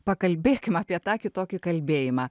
pakalbėkime apie tą kitokį kalbėjimą